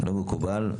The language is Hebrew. לא מקובל.